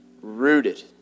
Rooted